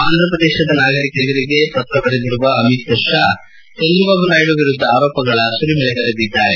ಆಂಧ್ರಪ್ರದೇಶದ ನಾಗರಿಕರಿಗೆ ಪ್ರತ್ರವನ್ನು ಬರೆದಿರುವ ಅಮಿತ್ ಶಾ ಚಂದ್ರಬಾಬು ನಾಯ್ಲು ವಿರುದ್ಲ ಆರೋಪಗಳ ಸುರಿಮಳೆಗರೆದಿದ್ದಾರೆ